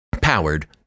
powered